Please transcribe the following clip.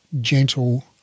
gentle